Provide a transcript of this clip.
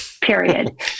period